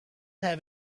have